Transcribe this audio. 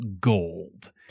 gold